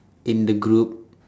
in the group